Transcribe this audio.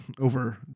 over